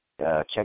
Check